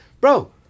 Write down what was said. bro